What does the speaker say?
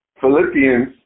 Philippians